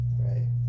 Right